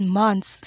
months